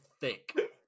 thick